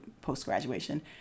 post-graduation